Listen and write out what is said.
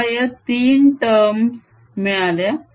तर मला या तीन टर्म मिळाल्या